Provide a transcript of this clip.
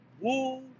Woo